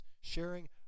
sharing